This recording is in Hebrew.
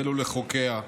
ולחוקיה,